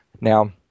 Now